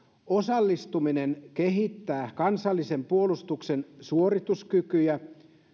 osallistuminen kehittää kansallisen puolustuksen suorituskykyjä